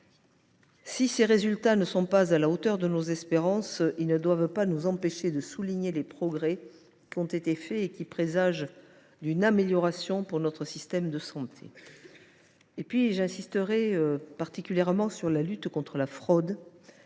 de tels résultats ne sont pas à la hauteur de nos espérances, ils ne doivent pas nous empêcher de souligner les progrès qui ont été réalisés ; ces derniers présagent d’une amélioration pour notre système de santé. J’insisterai particulièrement sur la lutte contre la fraude